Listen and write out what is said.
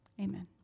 amen